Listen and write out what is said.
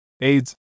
aids